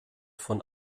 von